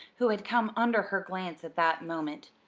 who had come under her glance at that moment.